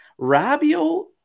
Rabio